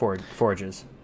Forges